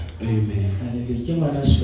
Amen